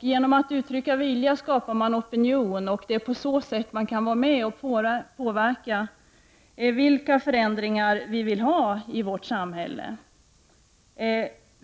Genom att uttrycka viljan skapar man opinion, och det är på det sättet man kan vara med och påverka de förändringar man vill göra i samhället.